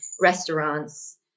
restaurants